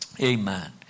amen